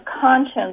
conscience